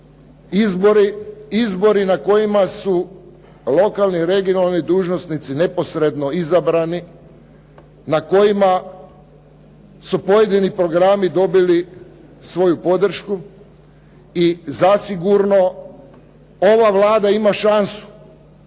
izbori na kojima su lokalni i regionalni dužnosnici neposredno izabrani, na kojima su pojedini programi dobili svoju podršku i zasigurno ova Vlada ima šansu